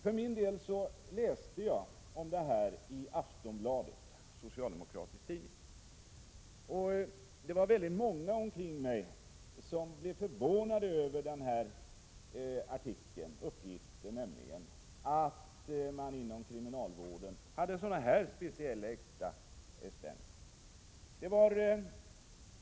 För min del läste jag om fallet i Aftonbladet, en socialdemokratisk tidning. Väldigt många blev förvånade över uppgiften i artikeln om att man inom kriminalvården gav sådana här speciella extra expenser.